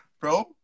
Bro